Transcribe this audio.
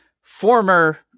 former